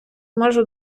можу